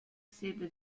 sede